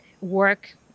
work